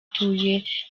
atuye